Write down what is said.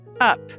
Up